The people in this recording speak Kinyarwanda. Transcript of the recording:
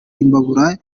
imbabura